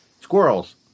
Squirrels